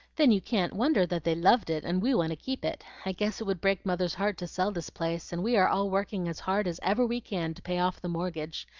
then you can't wonder that they loved it and we want to keep it. i guess it would break mother's heart to sell this place, and we are all working as hard as ever we can to pay off the mortgage.